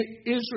Israel